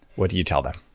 what do you tell them?